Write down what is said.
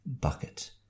bucket